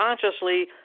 consciously